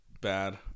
bad